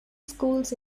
schools